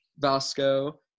Vasco